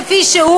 כפי שהוא,